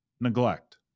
Neglect